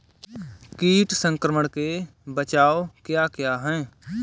कीट संक्रमण के बचाव क्या क्या हैं?